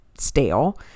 stale